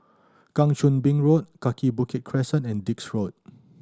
Kang Choo Bin Road Kaki Bukit Crescent and Dix Road